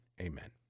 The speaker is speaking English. Amen